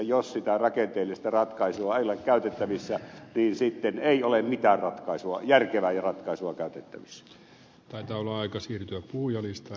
jos sitä rakenteellista ratkaisua ei ole käytettävissä niin sitten ei ole mitään järkevää ratkaisua käytettävissä